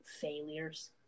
failures